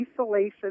isolation